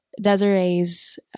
Desiree's